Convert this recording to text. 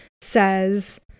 says